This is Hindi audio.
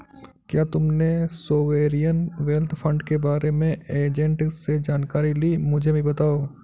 क्या तुमने सोवेरियन वेल्थ फंड के बारे में एजेंट से जानकारी ली, मुझे भी बताओ